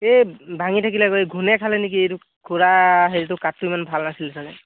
এই ভাঙি থাকিলে এই ঘোনে খালে নেকি এইটো খুৰা সেইটো কাাঠটো ইমান ভাল নাছিল চাগে